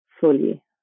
fully